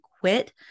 quit